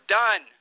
done